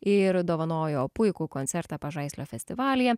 ir dovanojo puikų koncertą pažaislio festivalyje